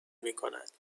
میکند